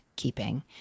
keeping